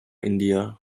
india